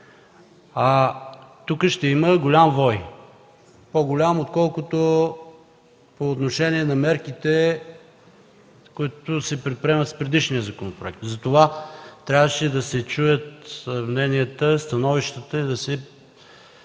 Тук ще има голям вой, по-голям отколкото по отношение на мерките, които се предприемат в предишния законопроект, затова трябваше да се чуят мненията, становищата и да се